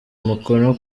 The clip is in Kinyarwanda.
umukono